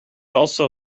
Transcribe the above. also